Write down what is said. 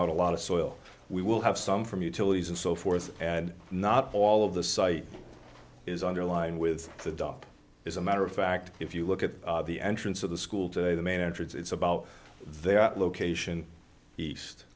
out a lot of soil we will have some from utilities and so forth and not all of the site is underlined with the dop is a matter of fact if you look at the entrance of the school today the manager it's about their location east